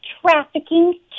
trafficking